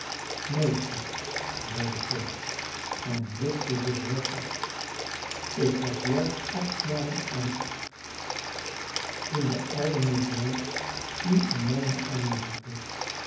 meester zeide tom en richtte zich rechtop ik was juist acht jaren oud toen de oude mevrouw u in mijne armen legde